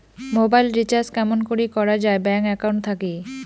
Mobile recharge কেমন করি করা যায় ব্যাংক একাউন্ট থাকি?